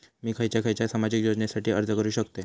मी खयच्या खयच्या सामाजिक योजनेसाठी अर्ज करू शकतय?